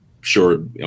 sure